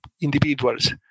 individuals